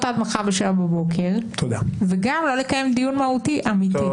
עד מחר ב-07:00 בבוקר וגם לא לקיים דיון מהותי ואמיתי?